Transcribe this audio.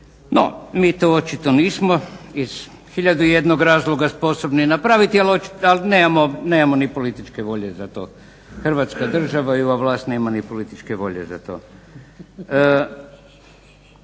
No, mi to očito nismo iz tisuću i jednog razloga sposobni napraviti, ali očito nemamo ni političke volje za to. Hrvatska država i ova vlast nema ni političke volje za to.